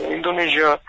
Indonesia